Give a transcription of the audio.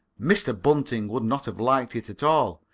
mr. bunting would not have liked it at all.